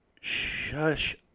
Shush